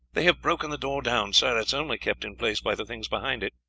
they have broken the door down, sir. it is only kept in place by the things behind it.